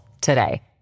today